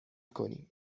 کنیم